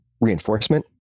reinforcement